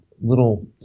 little